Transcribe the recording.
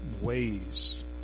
ways